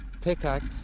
pickaxe